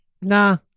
nah